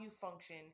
function